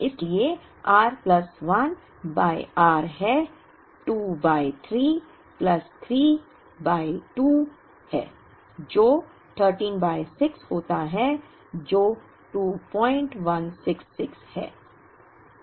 इसलिए r plus 1 by r है 2 by 3 plus 3 by 2 है जो 13 बाय 6 होता है जो 2166 है